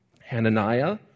Hananiah